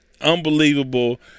unbelievable